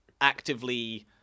actively